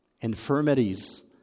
infirmities